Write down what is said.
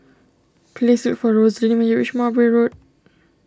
please look for Rosaline when you reach Mowbray Road